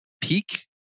peak